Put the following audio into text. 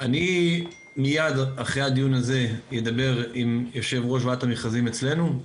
אני מיד אחרי הדיון הזה אדבר עם יו"ר ועדת המכרזים אצלנו,